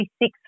six